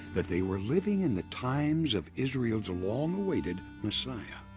that they were living in the times of israel's long-awaited messiah.